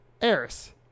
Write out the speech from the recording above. Eris